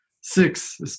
six